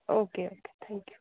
okay okay thank you